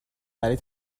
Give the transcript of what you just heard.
برای